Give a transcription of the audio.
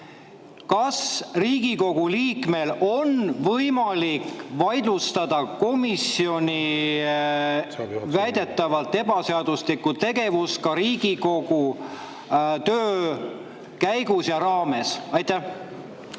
Kas Riigikogu liikmel on võimalik vaidlustada komisjoni väidetavalt ebaseaduslikku tegevust ka Riigikogu töö käigus ja raames? Aitäh,